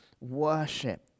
worship